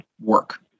work